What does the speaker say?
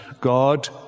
God